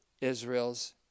Israel's